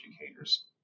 educators